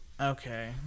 Okay